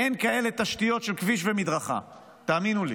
אין כאלה תשתיות של כביש ומדרכה, תאמינו לי.